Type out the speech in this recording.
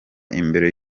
imbere